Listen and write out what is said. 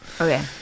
okay